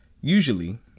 Usually